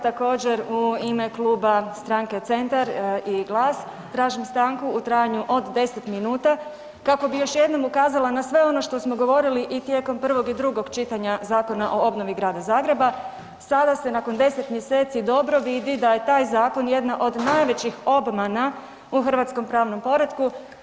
Također, u ime Kluba Stranke Centar i GLAS tražim stanku u trajanju od 10 minuta kako bi još jednom ukazala na sve ono što smo govorili i tijekom prvog i drugog čitanja Zakona o obnovi Grada Zagreba, sada se nakon 10 mjeseci dobro vidi da je taj zakon jedna od najvećih obmana u hrvatskom pravnom poretku.